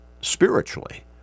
spiritually